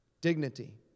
Dignity